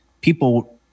people